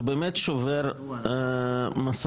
זה באמת שובר מסורות.